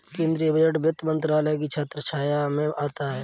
केंद्रीय बजट वित्त मंत्रालय की छत्रछाया में आता है